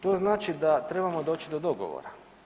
To znači da trebamo doći do dogovora.